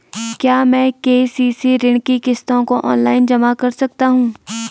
क्या मैं के.सी.सी ऋण की किश्तों को ऑनलाइन जमा कर सकता हूँ?